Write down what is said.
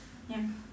ya